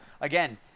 again